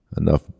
enough